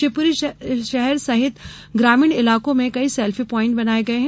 शिवपुरी शहर सहित ग्रामीण इलाकों में कई सेल्फी प्वाइंट बनाए गए हैं